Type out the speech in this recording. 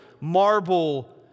marble